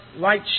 light